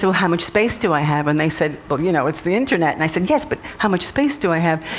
so how much space do i have? and they said but you know, it's the internet. and i said, yes, but how much space do i have?